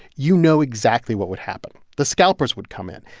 you know exactly what would happen. the scalpers would come in.